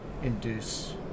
induce